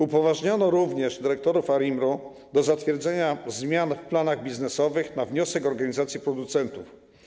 Upoważniono również dyrektorów ARiMR-u do zatwierdzenia zmian w planach biznesowych na wniosek organizacji producentów.